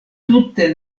tute